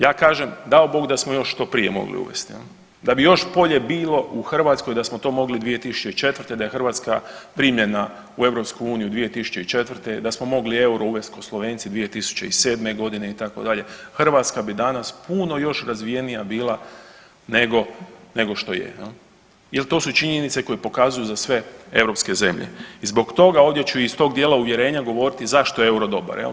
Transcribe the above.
Ja kažem dao Bog da smo još to prije mogli uvest jel da bi još bolje bilo u Hrvatskoj da smo to mogli 2004. da je Hrvatska primljena u EU 2004., da smo euro mogli uvest ko Slovenci 2007..g. itd., Hrvatska bi danas puno još razvijenija bila nego, nego što je jel, jel to su činjenice koje pokazuju za sve europske zemlje i zbog toga ovdje ću iz tog dijela uvjerenja govoriti zašto je euro dobar jel.